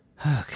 Okay